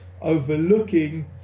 overlooking